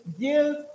give